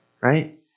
Right